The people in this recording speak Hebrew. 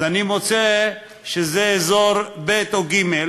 אז אני מוצא שזה אזור ב' או ג',